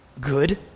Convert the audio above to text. good